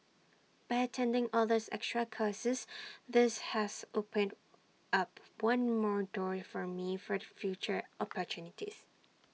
by attending all these extra courses this has opened up one more door for me for future opportunities